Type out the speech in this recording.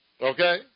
Okay